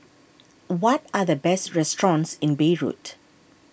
what are the best restaurants in Beirut